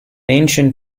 ancient